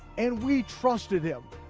and we trusted him,